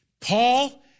Paul